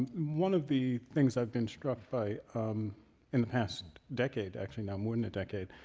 one of the things i've been struck by in the past decade actually now more than a decade,